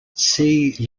see